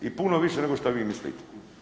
I puno više nego šta vi mislite.